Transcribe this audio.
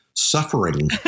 suffering